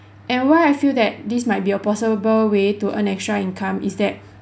and why I feel that this might be a possible way to earn extra income is that